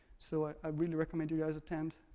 so i really recommend you guys attend.